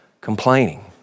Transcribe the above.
complaining